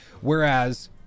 Whereas